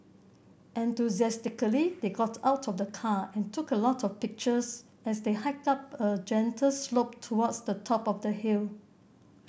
enthusiastically they got out of the car and took a lot of pictures as they hiked up a gentle slope towards the top of the hill